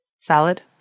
Salad